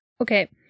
Okay